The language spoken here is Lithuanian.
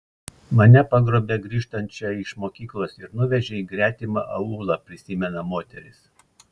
mane pagrobė grįžtančią iš mokyklos ir nuvežė į gretimą aūlą prisimena moteris